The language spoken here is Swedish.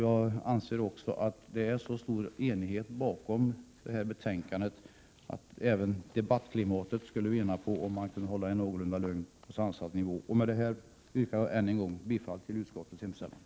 Jag anser också att det är så stor enighet bakom detta betänkande att även debattklimatet skulle vinna på om man kunde hålla sig på en någorlunda lugn och sansad nivå. Med det anförda yrkar jag än en gång bifall till utskottets hemställan.